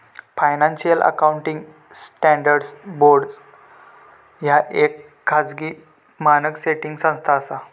financial accounting standards board ह्या येक खाजगी मानक सेटिंग संस्था असा